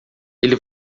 ele